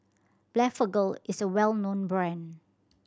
Blephagel is a well known brand